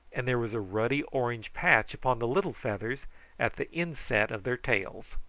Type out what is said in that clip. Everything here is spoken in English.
and there was a ruddy orange patch upon the little feathers at the inset of their tails.